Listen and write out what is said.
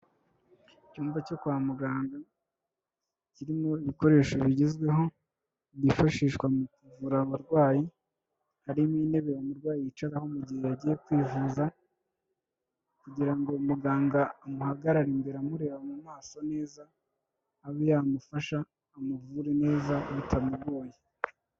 Icyumba cyo kwa muganga kirimo ibikoresho bigezweho byifashishwa mu kuvura abarwayi, harimo intebe umurwayi yicaraho mu gihe yagiye kwivuza kugira ngo muganga amuhagarare imbere amureba mu maso neza, abe yamufasha amuvure neza bitamugoye.